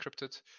encrypted